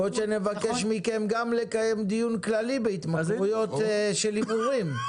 יכול להיות שנבקש מכם גם לקיים דיון כללי בהתמכרויות של הימורים.